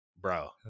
bro